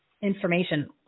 information